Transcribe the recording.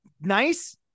nice